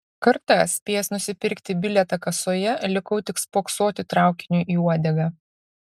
kartą spėjęs nusipirkti bilietą kasoje likau tik spoksoti traukiniui į uodegą